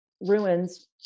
ruins